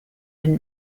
been